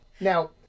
Now